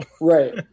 right